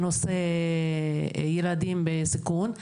בנושא ילדים בסיכון.